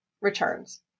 returns